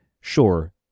Sure